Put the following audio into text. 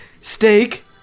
steak